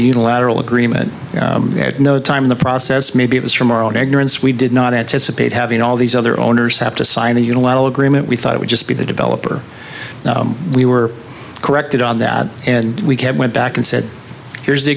unilateral agreement at no time in the process maybe it was from our own ignorance we did not anticipate having all these other owners have to sign a unilateral agreement we thought it would just be the developer we were corrected on that and we kept went back and said here's the